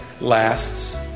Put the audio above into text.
lasts